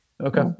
okay